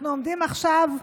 אנחנו עומדים עכשיו,